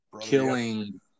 killing